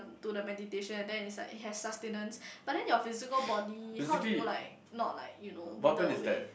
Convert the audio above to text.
to the meditation then is like it has sustenance but then your physical body how do you like not like you know with the way